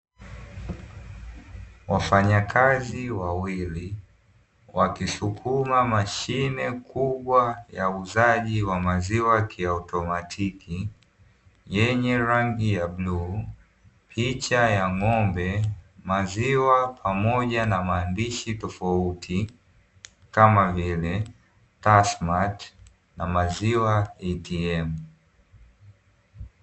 Wafanyakazi wawili wakisukuma mashine kubwa ya uuzaji wa maziwa kiautomatiki, yenye rangi ya bluu, picha ya ng'ombe, maziwa pamoja na maandishi tofauti kama vile "Tasmati" na "Maziwa ATM".